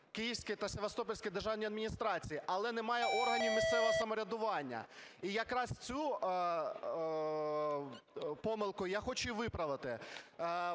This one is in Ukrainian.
Київські та Севастопольські державні адміністрації, але немає органів місцевого самоврядування. І якраз цю помилку я хочу виправити,